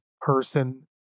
person